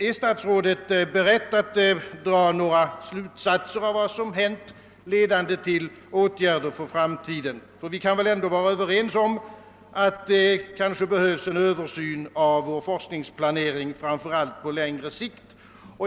Är statsrådet beredd att dra några slutsatser av vad som hänt, ledande till åtgärder för framtiden? Vi torde kunna vara överens om att det behövs en översyn av vår forskningsplanering, framför allt på längre sikt.